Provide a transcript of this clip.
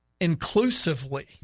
inclusively